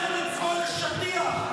הפך את עצמו לשטיח.